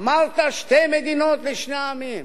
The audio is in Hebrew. אמרת "שתי מדינות לשני עמים".